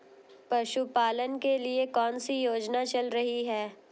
पशुपालन के लिए कौन सी योजना चल रही है?